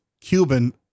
Cuban